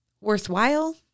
worthwhile